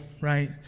right